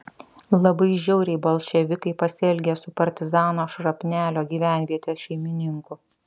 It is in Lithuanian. labai žiauriai bolševikai pasielgė su partizano šrapnelio gyvenvietės šeimininku